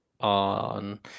on